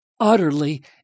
utterly